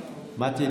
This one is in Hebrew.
מטי,